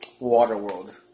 Waterworld